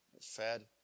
fed